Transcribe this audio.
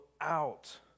out